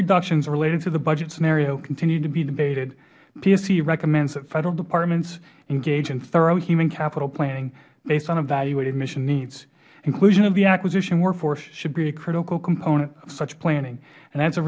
reductions related to the budget scenario continue to be debated psc recommends that federal departments engage in thorough human capital planning based on evaluated mission needs inclusion of the acquisition workforce should be a critical component of such planning and as a